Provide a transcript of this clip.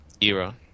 era